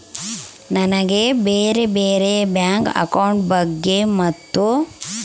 ನನಗೆ ಬ್ಯಾರೆ ಬ್ಯಾರೆ ಬ್ಯಾಂಕ್ ಅಕೌಂಟ್ ಬಗ್ಗೆ ಮತ್ತು?